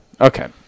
okay